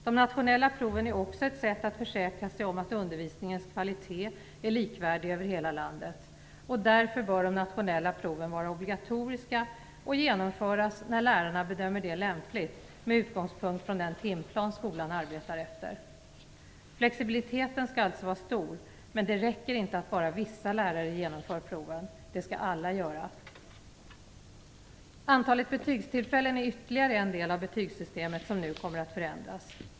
De nationella proven är också ett sätt att försäkra sig om att undervisningens kvalitet är likvärdig över hela landet. Därför bör de nationella proven vara obligatoriska och genomföras när lärarna bedömer det lämpligt med utgångspunkt från den timplan skolan arbetar efter. Flexibiliteten skall alltså vara stor, men det räcker inte att bara vissa lärare genomför proven. Alla skall göra det. Antalet betygstillfällen är ytterligare en del av betygssystemet som nu kommer att förändras.